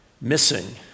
missing